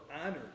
honored